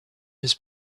his